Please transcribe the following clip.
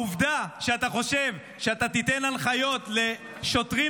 העובדה שאתה חושב שאתה תיתן הנחיות לשוטרים